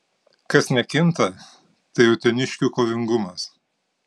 kas nekinta tai uteniškių kovingumas